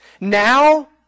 now